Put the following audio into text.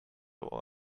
will